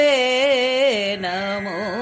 Namo